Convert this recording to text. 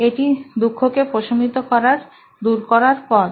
এটি দুঃখকে প্রশমিত করার দূর করার পথ